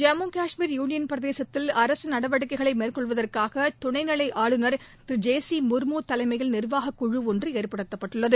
Jammu Kashmir union பிரதேசத்தில் அரசு நடவடிக்கைகளை மேற்கொள்வதற்காக துணைநிலை ஆளுநர் திரு ஜி சி முர்மு தலைமயில் நிர்வாகக்குழு ஒன்று ஏற்படுத்தப்பட்டுள்ளது